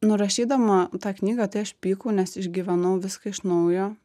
nu rašydama tą knygą tai aš pykau nes išgyvenau viską iš naujo